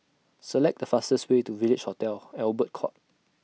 Select The fastest Way to Village Hotel Albert Court